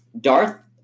Darth